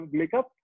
makeup